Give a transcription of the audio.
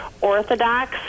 orthodox